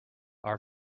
are